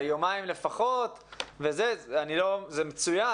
היומיים לפחות וזה, זה מצוין.